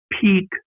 peak